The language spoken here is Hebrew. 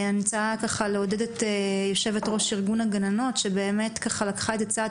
אני רוצה לעודד את יושבת-ראש ארגון הגננות שלקחה את זה צעד